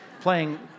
playing